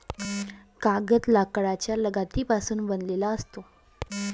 कागद लाकडाच्या लगद्यापासून बनविला जातो